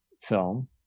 film